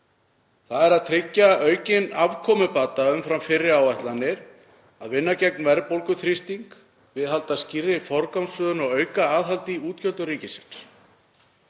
það er að tryggja aukinn afkomubata umfram fyrri áætlanir, að vinna gegn verðbólguþrýstingi, að viðhalda skýrri forgangsröðun og að auka aðhald í útgjöldum ríkisins.